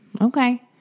Okay